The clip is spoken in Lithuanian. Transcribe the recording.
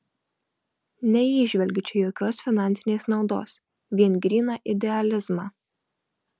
neįžvelgiu čia jokios finansinės naudos vien gryną idealizmą